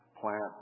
Plant